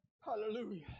hallelujah